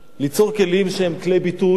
ליצור כלים שיהיו כלי ביטוי.